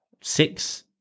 six